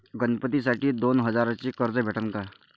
गणपतीसाठी दोन हजाराचे कर्ज भेटन का?